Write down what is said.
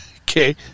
okay